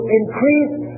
increase